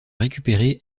récupérer